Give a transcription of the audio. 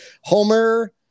homer